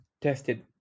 tested